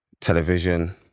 television